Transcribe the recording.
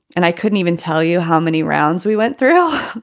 and i couldn't even tell you how many rounds we went through.